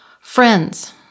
Friends